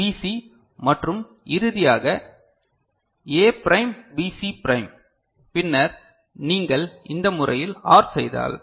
PC மற்றும் இறுதியாக இது A ப்ரைம் BC ப்ரைம் பின்னர் நீங்கள் இந்த முறையில் OR செய்தால்